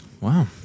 Wow